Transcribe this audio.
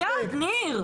בחייאת, ניר.